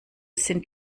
sind